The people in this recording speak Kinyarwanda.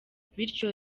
bityo